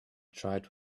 tried